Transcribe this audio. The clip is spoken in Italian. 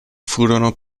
furono